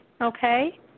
okay